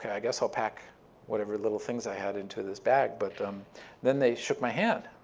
i guess i'll pack whatever little things i had into this bag. but um then they shook my hand.